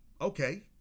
okay